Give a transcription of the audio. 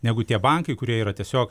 negu tie bankai kurie yra tiesiog